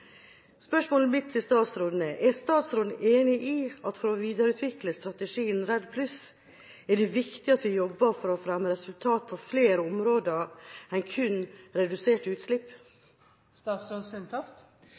Spørsmålet mitt til statsråden er: Er statsråden enig i at for å videreutvikle strategien REDD+ er det viktig at vi jobber for å fremme resultat på flere områder enn kun når det gjelder reduserte utslipp?